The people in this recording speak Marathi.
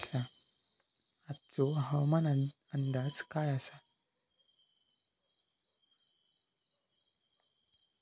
आजचो हवामान अंदाज काय आसा?